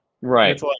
Right